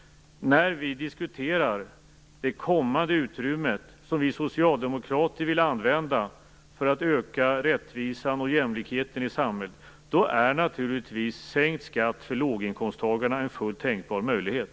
När vi diskuterar det kommande utrymme som vi socialdemokrater vill använda för att öka rättvisan och jämlikheten i samhället, är naturligtvis sänkt skatt för låginkomsttagarna en fullt tänkbar möjlighet.